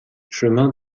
chemin